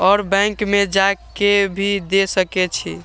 और बैंक में जा के भी दे सके छी?